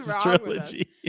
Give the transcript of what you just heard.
trilogy